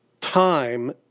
time